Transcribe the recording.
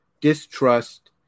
distrust